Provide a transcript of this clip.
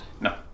No